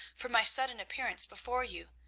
for my sudden appearance before you.